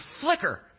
flicker